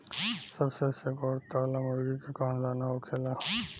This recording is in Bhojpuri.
सबसे अच्छा गुणवत्ता वाला मुर्गी के कौन दाना होखेला?